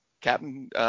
Captain